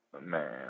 man